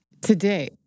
Today